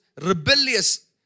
rebellious